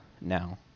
Now